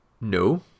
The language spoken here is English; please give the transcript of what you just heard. No